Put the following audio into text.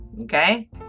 okay